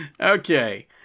Okay